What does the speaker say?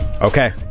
Okay